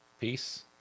peace